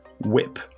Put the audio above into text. Whip